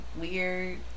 weird